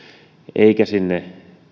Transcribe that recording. eikä sinne